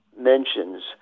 mentions